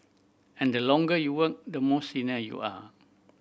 and the longer you work the more senior you are